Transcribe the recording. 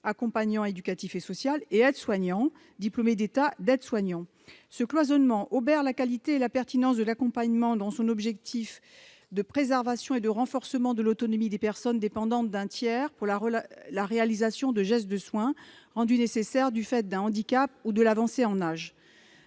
d'accompagnant éducatif et social, et aide-soignant, titulaire du diplôme d'État d'aide-soignant. Ce cloisonnement obère la qualité et la pertinence de l'accompagnement dans son objectif de préservation ou de renforcement de l'autonomie des personnes dépendantes d'un tiers pour la réalisation de gestes de soins rendus nécessaires du fait d'un handicap ou de l'avancée en âge.